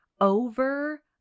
over